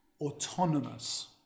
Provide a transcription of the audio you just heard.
autonomous